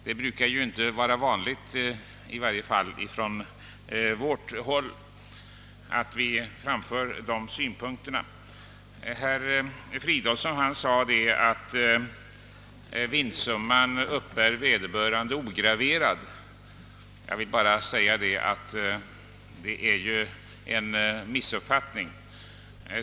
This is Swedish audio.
Det hör inte till vanligheten att en sådan synpunkt framförs, åtminstone inte från vårt håll. Herr Fridolfsson i Stockholm sade att vederbörande vinnare uppbär vinstsumman ograverad. Detta är en missuppfattning.